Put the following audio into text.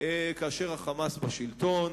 כאשר ה"חמאס" בשלטון,